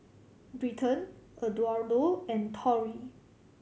Britton Eduardo and Tori